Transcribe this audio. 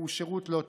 הוא שירות לא טוב.